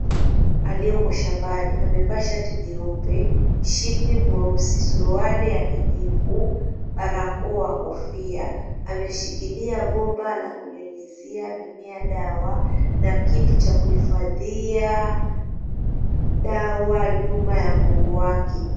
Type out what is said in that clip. Alioko shambani amevaa shati nyeupe, mshipi mweusi, suruali ya kijivu, barakoa, kofia. Ameshikilia bomba la kunyunyizia mimea dawa na kitu cha kuhifadhia dawa nyuma ya mgongo wake.